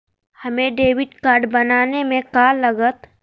हमें debit card बनाने में का लागत?